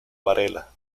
varela